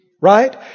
Right